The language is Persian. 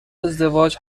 ازدواج